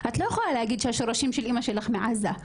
את לא יכולה להגיד שהשורשים של אמא שלך מעזה,